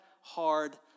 hard